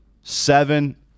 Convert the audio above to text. seven